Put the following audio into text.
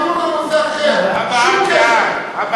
לא,